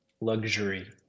luxury